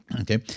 Okay